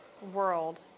world